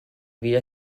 wieder